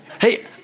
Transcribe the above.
Hey